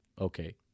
Okay